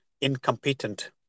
incompetent